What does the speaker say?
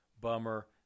Bummer